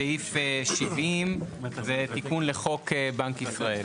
סעיף 71 תיקון חוק לקידום התחרות ולצמצום הריכוזיות.